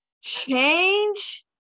change